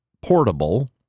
portable